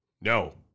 No